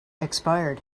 expired